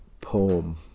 poem